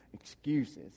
excuses